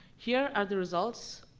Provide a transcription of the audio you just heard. here are the results,